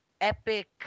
epic